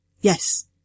Yes